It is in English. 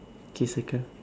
k suka